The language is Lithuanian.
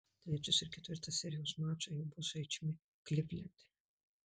trečias ir ketvirtas serijos mačai jau bus žaidžiami klivlande